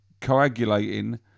coagulating